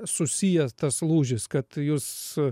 susijęs tas lūžis kad jūs